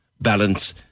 Balance